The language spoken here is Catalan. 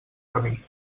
camí